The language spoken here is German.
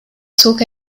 zog